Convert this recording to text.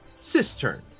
cistern